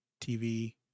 tv